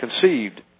conceived